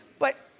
but,